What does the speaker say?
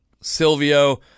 Silvio